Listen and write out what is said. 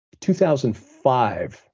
2005